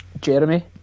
Jeremy